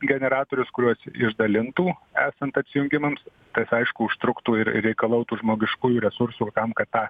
generatorius kuriuos išdalintų esant atsijungimams tas aišku užtruktų ir reikalautų žmogiškųjų resursų tam kad tą